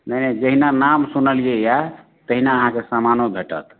नहि नहि जहिना नाम सुनलियै यऽ तहिना अहाँके समानो भेटत